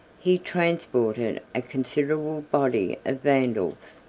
he transported a considerable body of vandals.